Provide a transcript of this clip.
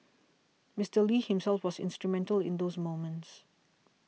Mister Lee himself was instrumental in those moments